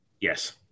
yes